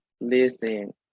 listen